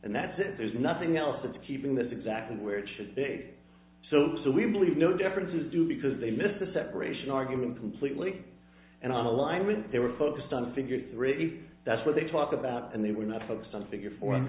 and that's it there's nothing else that's keeping this exactly where it should be so so we believe no differences do because they missed the separation argument completely and on the line when they were focused on figure three that's what they talked about and they were not focused on figure fo